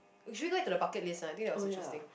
we threw that into the bucket list ah I think it was interesting